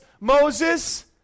Moses